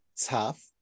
tough